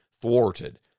thwarted